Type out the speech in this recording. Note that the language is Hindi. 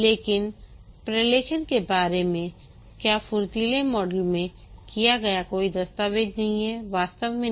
लेकिन प्रलेखन के बारे में क्या फुर्तीले मॉडल में किया गया कोई दस्तावेज नहीं है वास्तव में नहीं